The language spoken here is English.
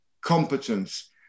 competence